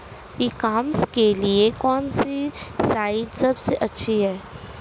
ई commerce के लिए कौनसी साइट सबसे अच्छी है?